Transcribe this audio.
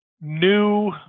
new